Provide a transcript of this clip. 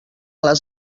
les